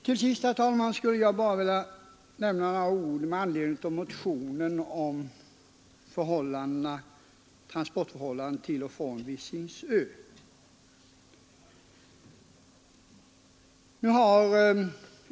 Till sist, herr talman, skulle jag bara vilja säga några ord med anledning av den motion om transportförhållandena när det gäller Visingsö som väckts.